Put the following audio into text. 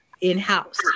in-house